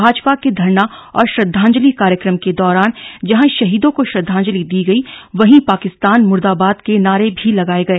भाजपा के धरना और श्रद्वांजलि कार्यक्रम के दौरान जहां शहीदों को श्रद्वांजलि दी गई वहीं पाकिस्तान मुर्दाबाद के नारे भी लगाए गए